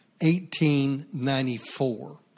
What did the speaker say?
1894